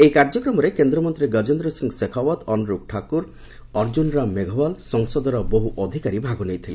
ଏହି କାର୍ଯ୍ୟକ୍ରମରେ କେନ୍ଦ୍ରମନ୍ତ୍ରୀ ଗଜେନ୍ଦ୍ରସିଂ ଶେଖାଓ୍ୱତ ଅନୁରାଗ ଠାକୁର ଅର୍ଜ୍ଜୁନରାମ ମେଘୱାଲ ସଂସଦର ବହୁ ଅଧିକାରୀ ଭାଗ ନେଇଥିଲେ